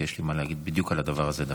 כי יש לי מה להגיד בדיוק על הדבר הזה.